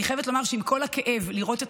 אני חייבת לומר שעם כל הכאב לראות את